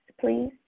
Please